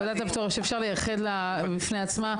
ועדת הפטור שאפשר לייחד לה בפני עצמה.